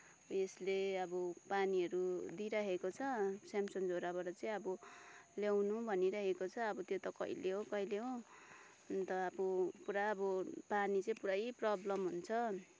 यसले अब पानीहरू दिइरहेको छ स्यामसुन झोडाबाट चाहिँ अब ल्याउनु भनिरहेको छ अब त्यो त कहिले हो कहिले हो अन्त अब पुरा अब पानी चाहिँ पुरै प्रब्लम हुन्छ